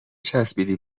چسبیدی